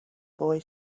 boy